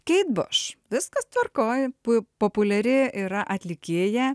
viskas tvarkoje po populiari yra atlikėją